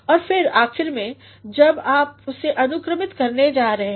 और फिर आखिर में जब आप उसे अनुक्रमित करने जा रहे है